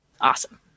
Awesome